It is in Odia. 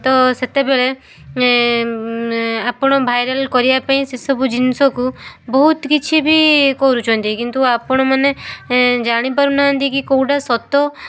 ତ ସେତେବେଳେ ଆପଣ ଭାଇରାଲ୍ କରିବା ପାଇଁ ସେ ସବୁ ଜିନିଷକୁ ବହୁତ କିଛି ବି କରୁଛନ୍ତି କିନ୍ତୁ ଆପଣମାନେ ଜାଣିପାରୁନାହାନ୍ତି କି କେଉଁଟା ସତ